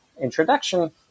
introduction